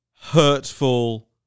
hurtful